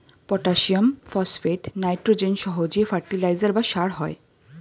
potassium, phosphate, nitrogen সহ যে fertiliser বা সার হয়